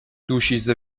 دوشیزه